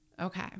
Okay